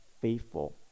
faithful